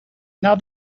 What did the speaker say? now